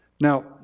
Now